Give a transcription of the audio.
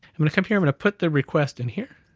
i'm gonna come here, i'm gonna put the request in here.